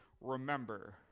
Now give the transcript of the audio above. remember